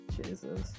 Jesus